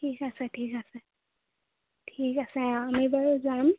ঠিক আছে ঠিক আছে ঠিক আছে আমি বাৰু যাম